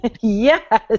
Yes